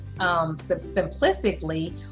simplistically